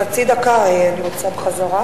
חצי דקה אני רוצה בחזרה,